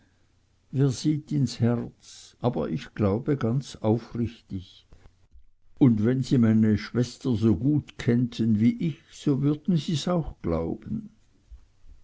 wer sieht ins herz aber ich glaube ganz auf richtig und wenn sie meine schwester so gut kannten wie ich so würden sie's auch glauben